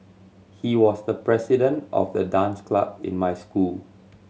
he was the president of the dance club in my school